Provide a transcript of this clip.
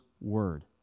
Word